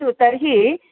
हा अस्तु तर्हि